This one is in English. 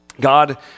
God